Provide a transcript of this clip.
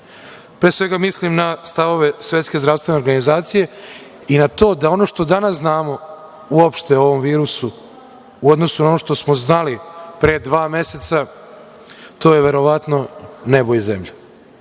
Pre svega, mislim na stavove Svetske zdravstvene organizacije i na to da ono što danas znamo uopšte o ovom virusu, u odnosu na ono što smo znali pre dva meseca, to je verovatno nebo i zemlja. Molim